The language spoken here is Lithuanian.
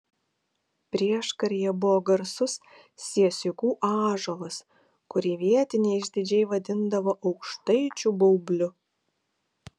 prieškaryje buvo garsus siesikų ąžuolas kurį vietiniai išdidžiai vadindavo aukštaičių baubliu